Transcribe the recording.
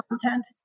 content